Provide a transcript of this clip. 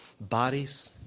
Bodies